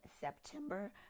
september